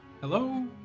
Hello